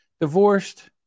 divorced